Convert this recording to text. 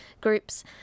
groups